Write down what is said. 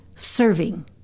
serving